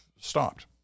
stopped